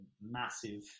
massive